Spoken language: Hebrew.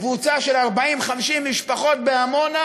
לקבוצה של 50-40 משפחות בעמונה,